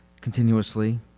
continuously